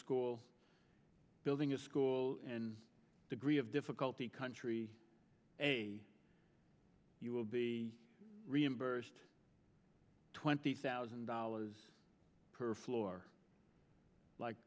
school building a school and degree of difficulty country a you will be reimbursed twenty thousand dollars per floor like